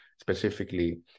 specifically